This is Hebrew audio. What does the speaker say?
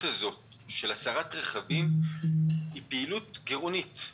הזאת של הסרת רכבים היא פעילות גירעונית.